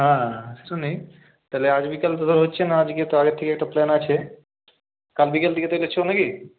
হ্যাঁ সে তো নেই তাহলে আজ বিকাল তো হচ্ছে না আজকে তো আগের থেকে একটা প্ল্যান আছে কাল বিকেল দিকে তো চলি